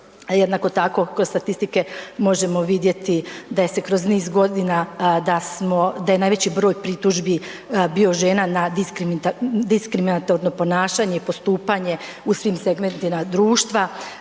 Jednako tako kod statistike možemo vidjeti da je se kroz niz godina, da smo, da je najveći broj pritužbi bio žena na diskriminatorno ponašanje i postupanje u svim segmentima društva,